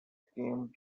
came